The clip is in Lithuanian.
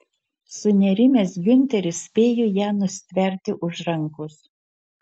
sunerimęs giunteris spėjo ją nustverti už rankos